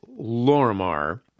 Lorimar